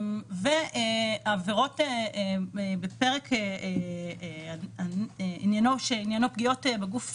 ועבירות בפרק שעניינו פגיעות בגוף,